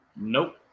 Nope